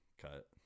cut